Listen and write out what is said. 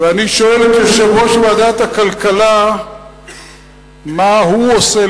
ואני שואל את יושב-ראש ועדת הכלכלה מה הוא עושה,